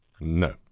No